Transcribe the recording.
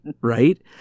Right